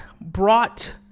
brought